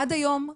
עד היום,